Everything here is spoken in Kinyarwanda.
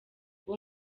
uwo